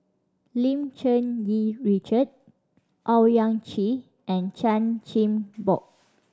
Lim Cherng Yih Richard Owyang Chi and Chan Chin Bock